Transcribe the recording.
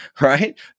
right